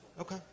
Okay